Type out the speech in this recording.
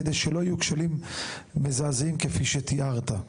כדי שלא יהיו כשלים מזעזעים כפי אלה שתיארת.